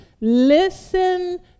Listen